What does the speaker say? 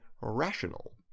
rational